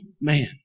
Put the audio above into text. man